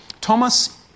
Thomas